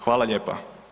Hvala lijepa.